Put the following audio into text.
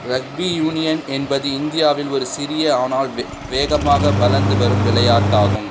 rugby union என்பது இந்தியாவில் ஒரு சிறிய ஆனால் வேகமாக வளர்ந்து வரும் விளையாட்டாகும்